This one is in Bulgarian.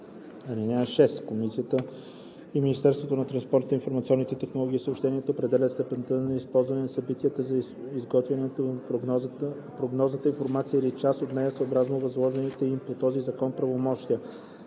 тежест. (6) Комисията и Министерството на транспорта, информационните технологии и съобщенията определят степента на използване на събраната за изготвянето на прогнозата информация или част от нея съобразно възложените им по този закон правомощия.